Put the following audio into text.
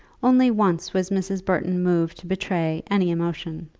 only once was mrs. button moved to betray any emotion.